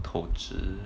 投资